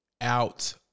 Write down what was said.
out